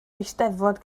eisteddfod